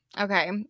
Okay